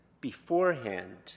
beforehand